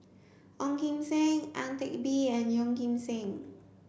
Ong Kim Seng Ang Teck Bee and Yeoh Ghim Seng